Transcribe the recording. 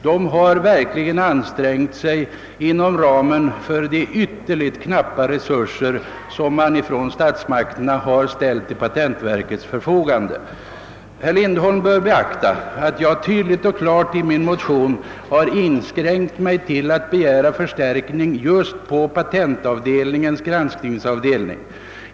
De har verkligen ansträngt sig inom ramen för de ytterligt knappa resurser som statsmakterna ställt till patentverkets förfogande. Herr Lindholm bör beakta att jag i min motion inskränkt mig till att begära förstärkning just på patentavdelningens granskningsavdelning.